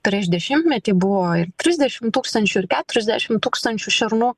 prieš dešimtmetį buvo ir trisdešimt tūkstančių ir keturiasdešimt tūkstančių šernų